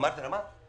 אמרתי לה: מה?